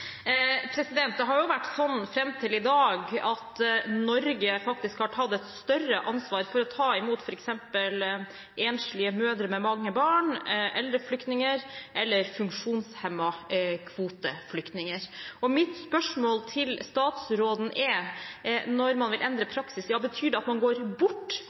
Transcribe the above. Det har fram til i dag vært sånn at Norge faktisk har tatt et større ansvar for å ta imot f.eks. enslige mødre med mange barn, eldre flyktninger eller funksjonshemmede kvoteflyktninger. Mitt spørsmål til statsråden er: Når man vil endre praksis, betyr det da at man går bort